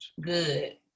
Good